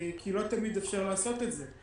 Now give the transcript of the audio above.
כי לא תמיד אפשר לעשות את זה.